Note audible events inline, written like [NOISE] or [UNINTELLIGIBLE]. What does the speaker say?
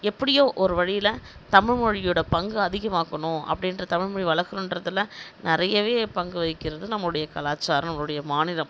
எப்படியோ ஒரு வழியில் தமிழ் மொழியோடய பங்கு அதிகமாக்கணும் அப்படி [UNINTELLIGIBLE] தமிழ் மொழியை வளர்க்கனுன்றதுல நிறையவே பங்கு வகிக்கிறது நம்மளோடைய கலாச்சாரம் நம்மளோடைய மாநிலம்